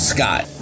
Scott